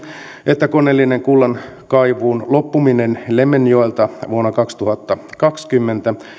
että koneellinen kullankaivuun loppuminen lemmenjoelta vuonna kaksituhattakaksikymmentä